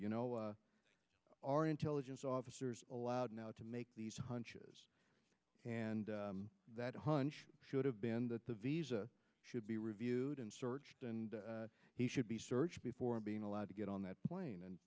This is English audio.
you know our intelligence officers allowed now to make these hunches and that hunch should have been that the visa should be reviewed and searched and he should be searched before being allowed to get on that plane and